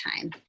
time